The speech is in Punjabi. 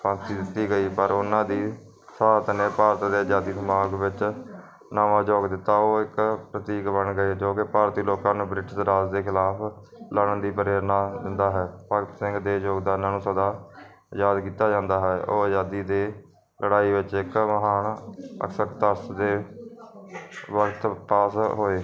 ਫਾਸੀ ਦਿੱਤੀ ਗਈ ਪਰ ਉਹਨਾਂ ਦੀ ਸਹਾਦਤ ਨੇ ਭਾਰਤ ਦੇ ਆਜ਼ਾਦੀ ਦਿਮਾਗ ਵਿੱਚ ਨਵਾਂ ਯੋਗ ਦਿੱਤਾ ਉਹ ਇੱਕ ਪ੍ਰਤੀਕ ਬਣ ਗਏ ਜੋ ਕਿ ਭਾਰਤੀ ਲੋਕਾਂ ਨੂੰ ਬ੍ਰਿਟਿਸ਼ ਰਾਜ ਦੇ ਖਿਲਾਫ ਲੜਨ ਦੀ ਪ੍ਰੇਰਨਾ ਦਿੰਦਾ ਹੈ ਭਗਤ ਸਿੰਘ ਦੇ ਯੋਗਦਾਨਾਂ ਨੂੰ ਸਦਾ ਯਾਦ ਕੀਤਾ ਜਾਂਦਾ ਹੈ ਉਹ ਆਜ਼ਾਦੀ ਦੇ ਲੜਾਈ ਵਿੱਚ ਇੱਕ ਮਹਾਨ ਦੇ ਵਕਤ ਪਾਸ ਹੋਏ